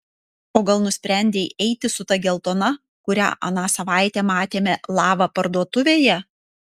o gal nusprendei eiti su ta geltona kurią aną savaitę matėme lava parduotuvėje